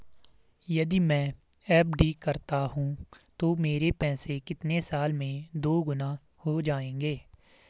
यदि मैं एफ.डी करता हूँ तो मेरे पैसे कितने साल में दोगुना हो जाएँगे?